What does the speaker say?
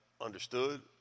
understood